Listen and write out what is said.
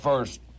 first